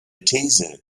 these